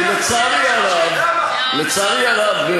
לצערי הרב,